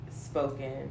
spoken